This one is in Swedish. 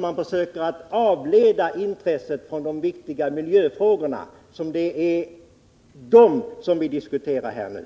man försöker avleda intresset från de viktiga miljöfrågorna. Det är dessa vi nu diskuterar.